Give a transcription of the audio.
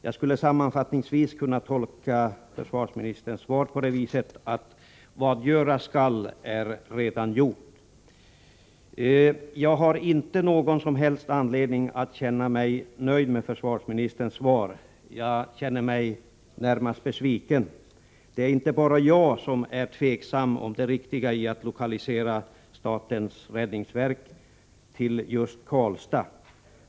Jag skulle sammanfattningsvis kunna tolka försvarsministerns svar på följande sätt: Vad göras skall är allaredan gjort. Jag har inte någon som helst anledning att känna mig nöjd med försvarsministerns svar. Jag känner mig närmast besviken. Det är inte bara jag som är tveksam vad gäller det riktiga i att lokalisera statens räddningsverk till just Karlstad.